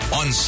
on